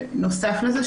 בנוסף לזה,